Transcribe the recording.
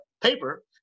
paper